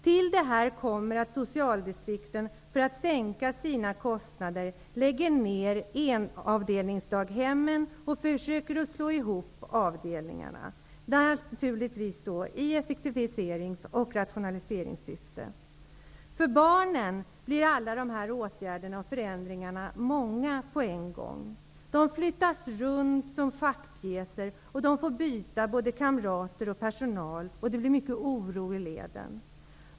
Till detta kommer att socialdistrikten, för att sänka sina kostnader, lägger ned enavdelningsdaghemmen och försöker slå ihop avdelningarna -- naturligtvis i effektiviserings och rationaliseringssyfte. För barnen blir alla dessa förändringar för många på en gång. De flyttas runt som schackpjäser. De får byta både kamrater och personal. Det blir mycket oro i leden.